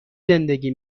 زندگی